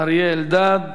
אריה אלדד.